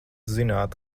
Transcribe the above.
zināt